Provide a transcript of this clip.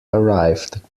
arrived